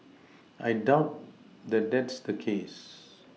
I doubt that that's the case